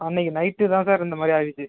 அன்றைக்கு நைட்டு தான் சார் இந்த மாதிரி ஆயிடுச்சு